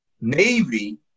navy